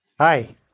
Hi